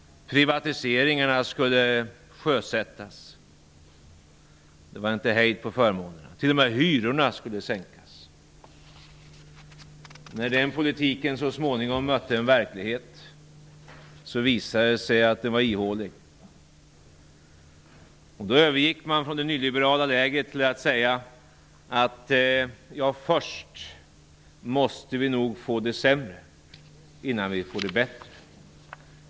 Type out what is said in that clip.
Privatiseringarna skulle sjösättas. Det var ingen hejd på fördelarna. T.o.m. hyrorna skulle sänkas. När den politiken så småningom mötte en verklighet visade det sig att den var ihålig. Då övergick man inom det nyliberala lägret till att säga: Vi måste nog först få det sämre innan vi får det bättre.